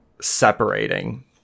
separating